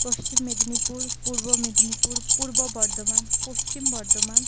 Paschim Medinipur Purba Medinipur Purba Bardhaman Paschim Bardhaman